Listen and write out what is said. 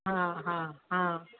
हा हा हा